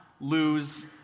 lose